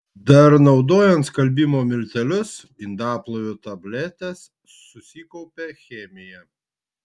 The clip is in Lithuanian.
dar naudojant skalbimo miltelius indaplovių tabletes susikaupia chemija